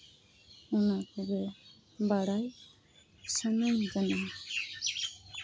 ᱚᱱᱟ ᱛᱮᱜᱮ ᱵᱟᱲᱟᱭ ᱥᱟᱱᱟᱧ ᱠᱟᱱᱟ